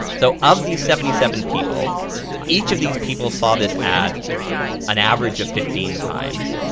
so of these seventy seven people each of these people saw this ad an average of fifteen times.